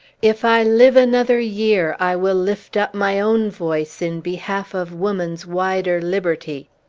if i live another year, i will lift up my own voice in behalf of woman's wider liberty!